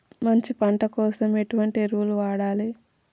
మంచి పంట కోసం ఎటువంటి ఎరువులు వాడాలి?